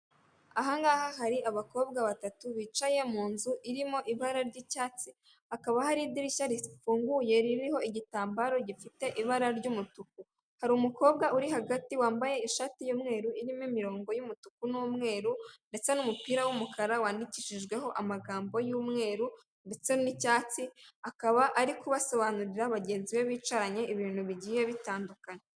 Aha ngaha hari abakobwa batatu bicaye mu nzu irimo ibara ry'icyatsi, hakaba hari idirishya rifunguye ririho igitambaro gifite ibara ry'umutuku, hari umukobwa uri hagati wambaye ishati y'umweru irimo imirongo y'umutuku n'umweru ndetse n'umupira w'umukara wandikishijweho amagambo y'umweru ndetse n'icyatsi, akaba ari kubasobanurira bagenzi be bicaranye ibintu bigiye bitandukanye.